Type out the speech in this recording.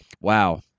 wow